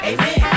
Amen